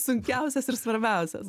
sunkiausias ir svarbiausias